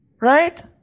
Right